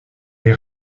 est